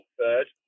third